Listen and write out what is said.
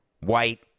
white